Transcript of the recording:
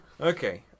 Okay